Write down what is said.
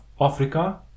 Africa